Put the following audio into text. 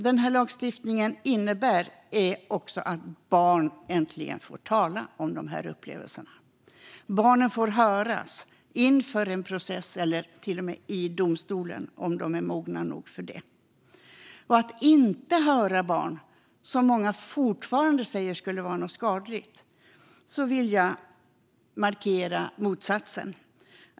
Denna lagstiftning innebär också att barn äntligen får tala om dessa upplevelser. Barnen får höras inför en process eller till och med i domstolen om de är mogna nog för det. Många säger fortfarande att det kan vara skadligt att höra barn, men jag hävdar det motsatta.